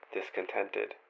discontented